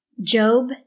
Job